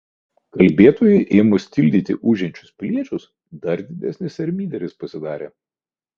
kalbėtojui ėmus tildyti ūžiančius piliečius dar didesnis ermyderis pasidarė